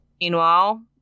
Meanwhile